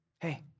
hey